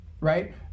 right